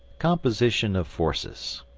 composition of forces